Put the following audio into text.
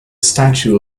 statue